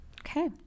Okay